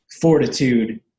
fortitude